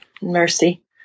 mercy